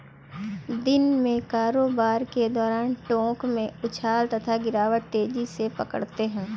दिन में कारोबार के दौरान टोंक में उछाल तथा गिरावट तेजी पकड़ते हैं